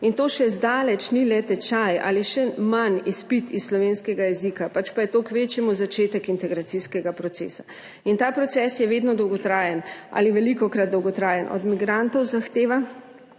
In to še zdaleč ni le tečaj ali še manj izpit iz slovenskega jezika, pač pa je to kvečjemu začetek integracijskega procesa. In ta proces je vedno dolgotrajen ali velikokrat dolgotrajen. Od migrantov zahteva,